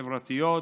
חברתיות,